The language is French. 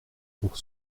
pour